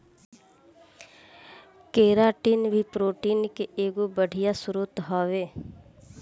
keratin भी protein के एगो बढ़िया स्रोत हवे